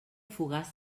fogars